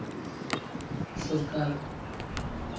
ᱥᱚᱨᱠᱟᱨ